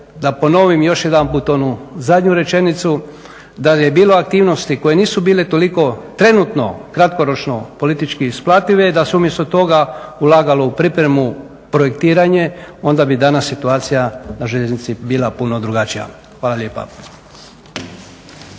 da ponovim još jedanput onu zadnju rečenicu da je bilo aktivnosti koje nisu bile toliko trenutno kratkoročno politički isplative i da se umjesto toga ulagalo u pripremu, projektiranje onda bi danas situacija na željeznici bila puno drugačija. Hvala lijepa.